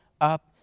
up